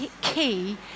key